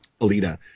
Alita